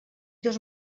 dos